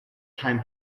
time